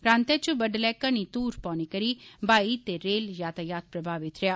प्रान्तै च बड़ुलै घनी धूंघ पौने करी हवाई ते रेल यातायात प्रभावित रेआ